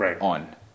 on